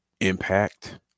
impact